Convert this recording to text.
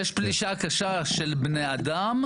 יש פלישה קשה של בני אדם,